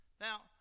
Now